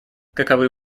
каковы